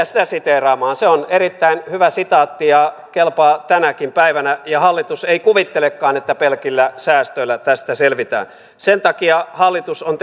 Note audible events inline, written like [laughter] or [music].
[unintelligible] sitä siteeraamaan se on erittäin hyvä sitaatti ja kelpaa tänäkin päivänä hallitus ei kuvittelekaan että pelkillä säästöillä tästä selvitään sen takia hallitus on [unintelligible]